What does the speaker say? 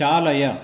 चालय